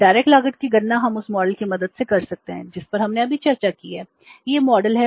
तो प्रत्यक्ष लागत की गणना हम उस मॉडल